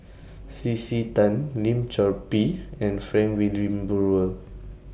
C C Tan Lim Chor Pee and Frank Wilmin Brewer